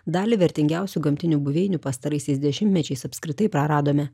dalį vertingiausių gamtinių buveinių pastaraisiais dešimtmečiais apskritai praradome